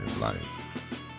life